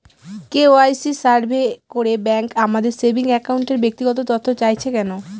KYC survey করে bank আমাদের saving অ্যাকাউন্টের ব্যক্তিগত তথ্য চাইছে কেন?